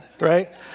Right